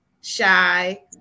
shy